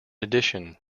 addition